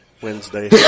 Wednesday